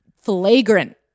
flagrant